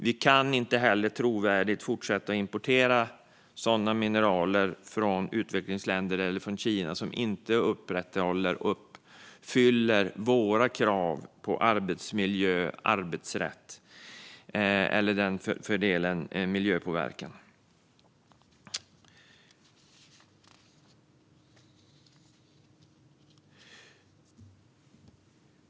Vi kan inte heller trovärdigt fortsätta att importera sådana mineral från utvecklingsländer eller från Kina som inte uppfyller våra krav på arbetsmiljö, arbetsrätt och för den delen miljöpåverkan.